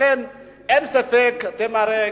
כצל'ה,